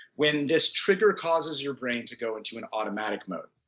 when this trigger causes your brain to go into an automatic mode.